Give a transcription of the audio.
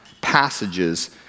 passages